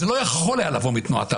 זה לא יכול היה לבוא מתנועת העבודה.